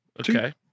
Okay